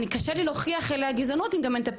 קשה לי להוכיח אליה גזענות אם גם אין את ה"פרופיילינג".